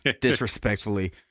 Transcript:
disrespectfully